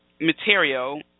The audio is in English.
material